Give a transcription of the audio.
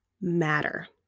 matter